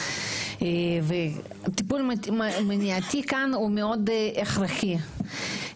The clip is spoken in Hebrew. וטיפול מניעתי כאן מאוד הכרחי.